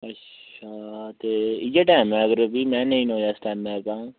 अच्छा ते इ'यै टाइम ऐ अगर में नेईं नोया इस टाइमें'र में